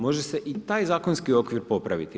Može se i taj zakonski okvir popraviti.